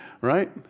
right